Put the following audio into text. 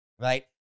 right